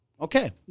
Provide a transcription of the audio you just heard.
Okay